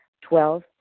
Twelve